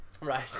Right